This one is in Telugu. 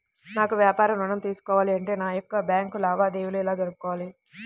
నాకు వ్యాపారం ఋణం తీసుకోవాలి అంటే నా యొక్క బ్యాంకు లావాదేవీలు ఎలా జరుపుకోవాలి?